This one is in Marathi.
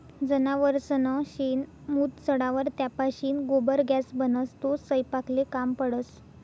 जनावरसनं शेण, मूत सडावर त्यापाशीन गोबर गॅस बनस, तो सयपाकले काम पडस